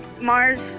Mars